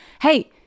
hey